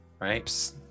right